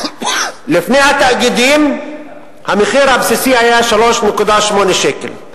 לפני התאגידים המחיר היה 3.8 שקל,